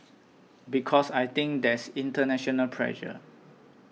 because I think there's international pressure